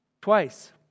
Twice